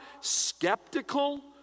skeptical